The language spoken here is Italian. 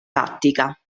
tattica